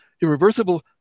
irreversible